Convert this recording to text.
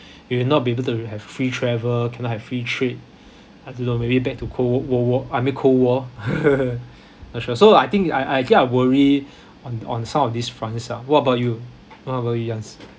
we will not be able to have free travel cannot have free trade I don't know maybe back to cold world war I mean cold war not sure so I think I I think I worry on on some of these fronts lah what about you what about you yangs